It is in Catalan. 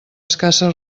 escassa